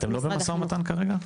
אתם לא במשא-ומתן כרגע?